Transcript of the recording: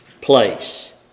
place